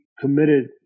committed